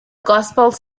gospels